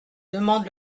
demande